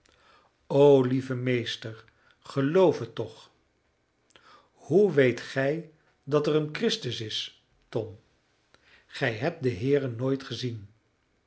o lieve meester geloof het toch hoe weet gij dat er een christus is tom gij hebt den heere nooit gezien